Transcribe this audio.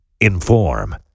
inform